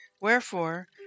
Wherefore